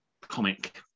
comic